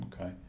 Okay